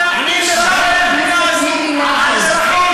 אתם בושה למדינה הזאת.